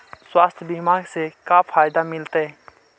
स्वास्थ्य बीमा से का फायदा मिलतै?